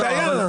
אין בעיה.